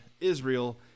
Israel